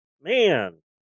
Man